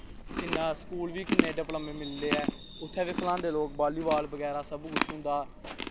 इ'यां स्कूल बी किन्ने डिपलम्मे मिलदे ऐ उत्थें बी खलांदे रोज बाल्ली बाल सब कुछ होंदा ऐ